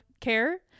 care